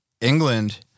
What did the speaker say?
England